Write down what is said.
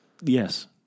Yes